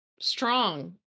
strong